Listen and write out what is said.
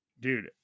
dude